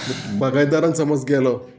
बागायदारान समज गेलो